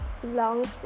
belongs